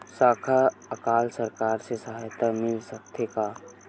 सुखा अकाल सरकार से सहायता मिल सकथे का?